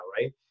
right